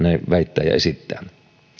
väittää ja esittää